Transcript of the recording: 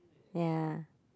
ya